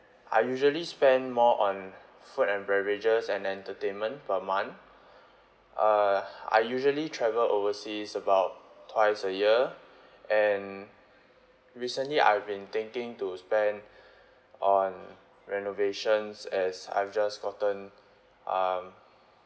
I usually spend more on food and beverages and entertainment per month uh I usually travel overseas about twice a year and recently I've been thinking to spend on renovations as I've just gotten um